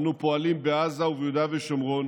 אנו פועלים בעזה וביהודה ושומרון